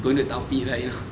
going to 倒闭 like you know